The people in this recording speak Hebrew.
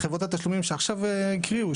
חברות התשלומים שעכשיו הקריאו,